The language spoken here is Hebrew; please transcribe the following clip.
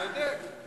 צודק.